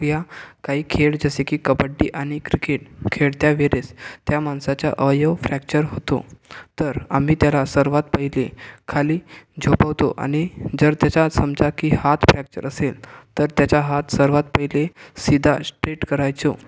या काही खेळ जसे की कबड्डी आणि क्रिकेट खेळत्या वेळेस त्या माणसाचा अवयव फ्रॅक्चर होतो तर आम्ही त्याला सर्वात पहिले खाली झोपवतो आणि जर त्याचा समजा की हात फ्रॅक्चर असेल तर त्याचा हात सर्वात पहिले सिधा स्ट्रेट करायचो